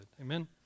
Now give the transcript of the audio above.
Amen